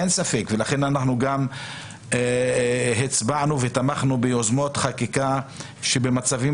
לכן אנחנו הצבענו ותמכנו ביוזמות חקיקה שבמצבים